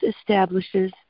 establishes